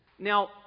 Now